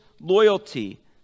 loyalty